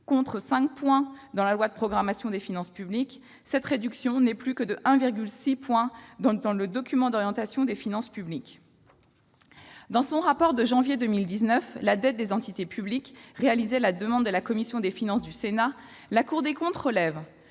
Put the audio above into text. contre 5 points prévus dans la loi de programmation des finances publiques, elle n'est plus que de 1,6 point dans le document d'orientation des finances publiques. Dans son rapport de janvier 2019, intitulé et réalisé à la demande de la commission des finances du Sénat, la Cour des comptes relève